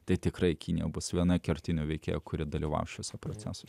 tai tikrai kinija bus viena kertinių veikėja kuri dalyvavo šiuose procesuose